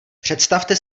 představte